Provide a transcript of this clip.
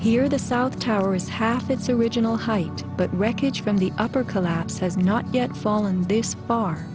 here the south tower is half its original height but wreckage from the upper collapse has not yet fallen this far